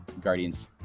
guardians